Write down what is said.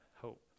hope